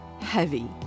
heavy